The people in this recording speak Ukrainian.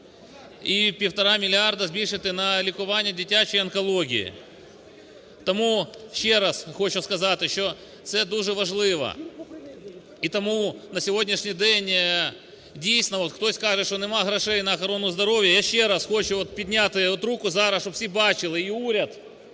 і півтора мільярда збільшити на лікування дитячої онкології. Тому ще раз хочу сказати, що це дуже важливо. І тому на сьогоднішній день, дійсно, от хтось каже, що нема грошей на охорону здоров'я, я ще раз хочу підняти руку зараз, щоб всі бачили і уряд,